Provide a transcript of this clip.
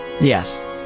Yes